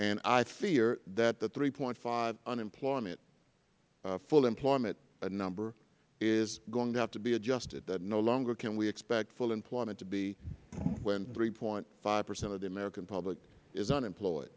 and i fear that the three point five unemployment full employment number is going to have to be adjusted that no longer can we expect full employment to be when three point five percent of the american public is unemployed